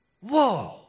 Whoa